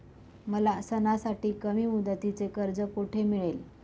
मला सणासाठी कमी मुदतीचे कर्ज कोठे मिळेल?